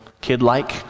kid-like